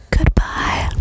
Goodbye